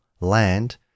land